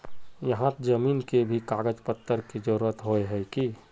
यहात जमीन के भी कागज पत्र की जरूरत होय है की?